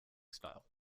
style